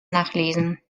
nachlesen